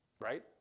Right